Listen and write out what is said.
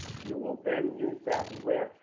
you will then use that list